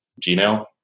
Gmail